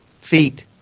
Feet